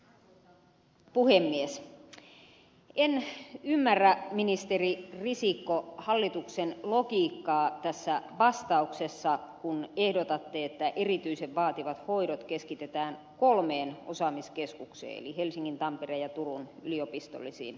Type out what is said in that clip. en ymmärrä ministeri risikko hallituksen logiikkaa tässä vastauksessa kun ehdotatte että erityisen vaativat hoidot keskitetään kolmeen osaamiskeskukseen eli helsingin tampereen ja turun yliopistollisiin sairaaloihin